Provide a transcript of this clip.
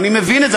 אני מבין את זה,